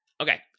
Okay